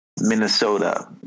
Minnesota